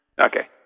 Okay